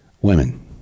Women